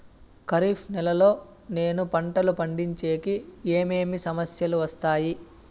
ఖరీఫ్ నెలలో నేను పంటలు పండించేకి ఏమేమి సమస్యలు వస్తాయి?